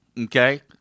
Okay